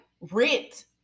Rent